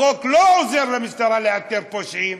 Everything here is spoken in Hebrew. החוק לא עוזר למשטרה לאתר פושעים,